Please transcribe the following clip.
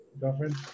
Girlfriend